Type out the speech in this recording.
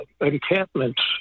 encampments